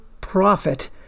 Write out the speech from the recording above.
prophet